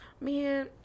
man